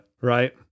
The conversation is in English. right